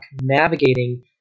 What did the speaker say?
navigating